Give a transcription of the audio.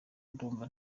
ndumva